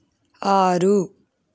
ఆరు